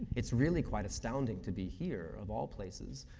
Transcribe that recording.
it's really quite astounding to be here of all places,